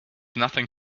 nothing